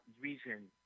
reason